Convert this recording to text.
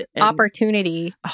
opportunity